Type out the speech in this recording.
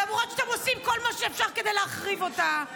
למרות שאתם עושים כל מה שאפשר כדי להחריב אותה.